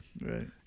Right